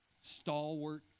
stalwart